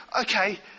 okay